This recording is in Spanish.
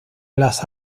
las